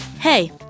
Hey